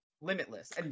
Limitless